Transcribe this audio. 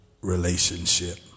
relationship